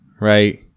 Right